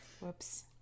whoops